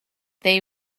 they